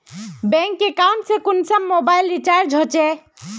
Bank account से कुंसम mobile recharge होचे?